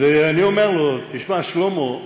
ואני אומר לו: תשמע, שלמה,